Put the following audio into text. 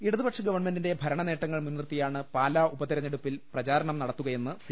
ഇടതുപക്ഷ ഗവൺമെന്റിന്റെ ഭരണനേട്ടങ്ങൾ മുൻനിർത്തി യാണ് പാലാ ഉപതരെഞ്ഞെടുപ്പിൽ പ്രചാരണം നടത്തുകയെന്ന് സി